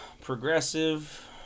Progressive